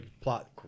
plot